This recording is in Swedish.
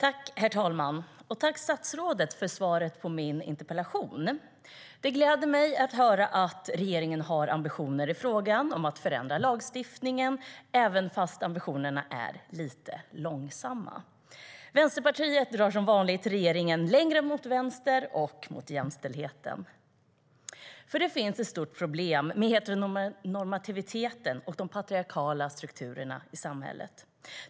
Herr talman! Jag tackar statsrådet för svaret på min interpellation. Det gläder mig att höra att regeringen har ambitioner i frågan om att förändra lagstiftningen, även om ambitionerna är lite långsamma. Vänsterpartiet drar som vanligt regeringen längre mot vänster och mot jämställdheten. Det finns ett stort problem med heteronormativiteten och de patriarkala strukturerna i samhället.